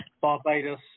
Barbados